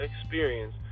experience